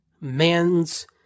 man's